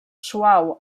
suau